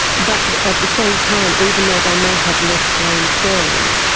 but at the same time, even though they may have less brain cells,